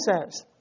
says